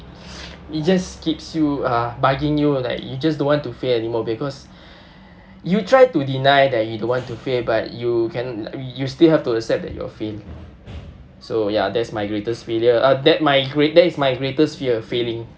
it just keeps you uh bugging you like you just don't want to fail anymore because you try to deny that you don't want to fail but you can you still have to accept that you've failed so ya that's my greatest failure uh that my great that is my greatest fear failing